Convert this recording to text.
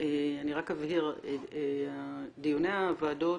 אני רק אבהיר, דיוני הוועדות